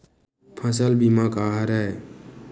फसल बीमा का हरय?